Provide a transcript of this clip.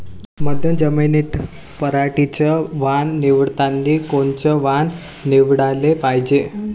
मध्यम जमीनीत पराटीचं वान निवडतानी कोनचं वान निवडाले पायजे?